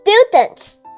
students